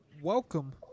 welcome